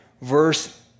verse